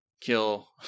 kill